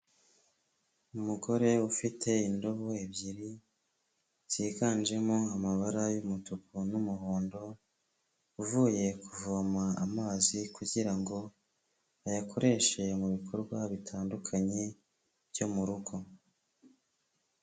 Umugore ufite indobo ebyiri, ziganjemo amabara y'umutuku n'umuhondo, uvuye kuvoma amazi kugira ngo ayakoreshe mu bikorwa bitandukanye byo mu rugo.